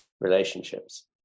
relationships